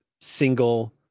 single